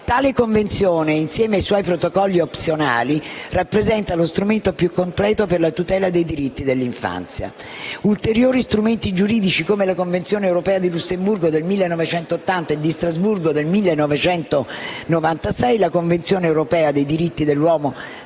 Tale Convenzione, insieme ai suoi protocolli opzionali, rappresenta lo strumento più completo per la tutela dei diritti dell'infanzia. Ulteriori strumenti giuridici sono la Convenzione europea di Lussemburgo del 1980 e quella di Strasburgo del 1996, nonché la Convenzione europea per la